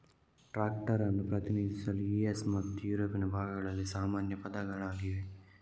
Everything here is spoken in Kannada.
ಟ್ರಾಕ್ಟರ್ ಅನ್ನು ಪ್ರತಿನಿಧಿಸಲು ಯು.ಎಸ್ ಮತ್ತು ಯುರೋಪಿನ ಭಾಗಗಳಲ್ಲಿ ಸಾಮಾನ್ಯ ಪದಗಳಾಗಿವೆ